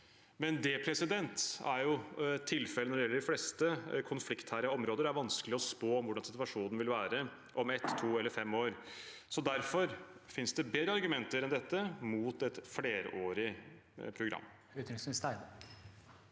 er det jo det som er tilfellet når det gjelder de fleste konfliktherjede områder – det er vanskelig å spå hvordan situasjonen vil være om ett, to eller fem år. Derfor finnes det bedre argumenter enn dette mot et flerårig program.